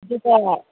ꯑꯗꯨꯒ